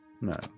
No